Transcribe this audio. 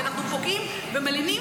כי אנחנו פוגעים ומלינים,